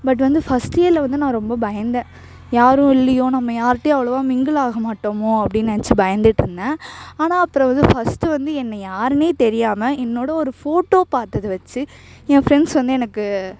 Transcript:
but வந்து first இயரில் வந்து நான் ரொம்ப பயந்தேன் யாரும் இல்லையோ நம்ம யார்ட்டேயும் அவ்வளோவா மிங்கில் ஆகமாட்டோமோ அப்டின்னு நெனைச்சி பயந்துட்டுருந்தேன் ஆனால் அப்புறம் வந்து ஃபஸ்ட்டு வந்து என்னை யாருன்னே தெரியாமல் என்னோட ஒரு ஃபோட்டோ பாத்ததை வைச்சி என் ஃப்ரெண்ட்ஸ் வந்து எனக்கு